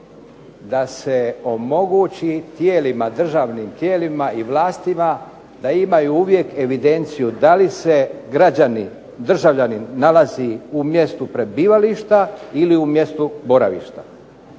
da se omogući tijelima, državnim tijelima i vlastima da imaju uvijek evidenciju da li se građanin državljanin nalazi u mjestu prebivališta ili u mjestu boravišta.